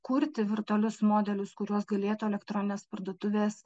kurti virtualius modelius kuriuos galėtų elektroninės parduotuvės